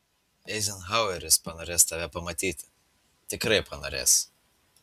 eizenhaueris panorės tave pamatyti tikrai panorės